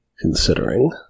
considering